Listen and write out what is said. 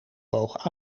woog